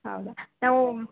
ಹೌದಾ ನಾವು